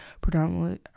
predominantly